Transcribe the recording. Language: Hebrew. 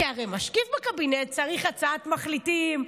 כי הרי משקיף בקבינט צריך הצעת מחליטים,